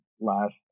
last